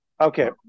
Okay